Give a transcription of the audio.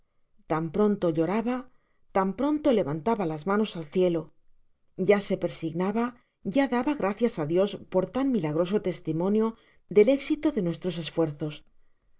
tan pronto lloraba tan pronto levantaba las manos al eielo ya se persignaba ya daba gracias á dios por un tan nwfa groso testimonio del éxito de nuestros esfuerzos